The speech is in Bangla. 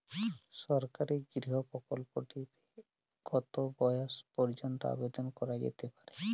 সরকারি গৃহ প্রকল্পটি তে কত বয়স পর্যন্ত আবেদন করা যেতে পারে?